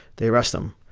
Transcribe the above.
they arrest them.